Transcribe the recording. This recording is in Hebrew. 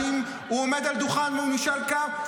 שאם הוא עומד על הדוכן והוא נשאל כמה,